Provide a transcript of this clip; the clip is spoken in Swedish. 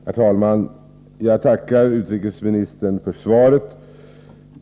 Herr talman! Jag tackar utrikesministern för svaret.